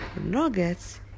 nuggets